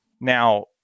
Now